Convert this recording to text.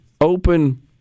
open